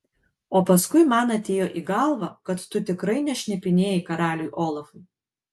o paskui man atėjo į galvą kad tu tikrai nešnipinėjai karaliui olafui